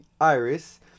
iris